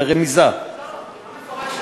זו רמיזה, לא, מפורשת.